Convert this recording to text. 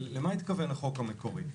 למה התכוון החוק המקורי?